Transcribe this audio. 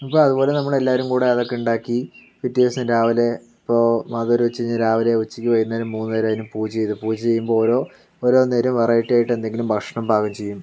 അപ്പം അതുപോലെ നമ്മൾ എല്ലാവരും കൂടി അതൊക്കെ ഉണ്ടാക്കി പിറ്റേദിവസം രാവിലെ ഇപ്പോൾ മാതോരു വെച്ച് കഴിഞ്ഞാൽ രാവിലെ ഉച്ചക്ക് വൈകുന്നേരം മൂന്നു നേരം അതിന് പൂജ ചെയ്ത് പൂജ ചെയ്യുമ്പോൾ ഓരോ ഓരോ തരം വെറൈറ്റി ആയിട്ട് എന്തെങ്കിലും ഭക്ഷണം പാകം ചെയ്യും